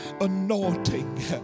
anointing